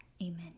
Amen